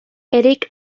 eric